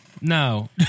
No